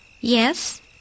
Yes